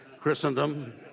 christendom